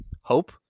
hope